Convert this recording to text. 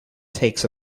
takes